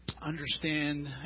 understand